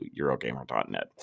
Eurogamer.net